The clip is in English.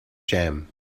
jam